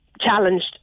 challenged